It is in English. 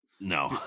no